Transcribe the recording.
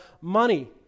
money